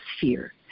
fear